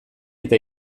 eta